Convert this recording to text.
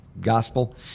gospel